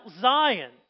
Zion